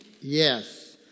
Yes